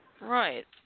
Right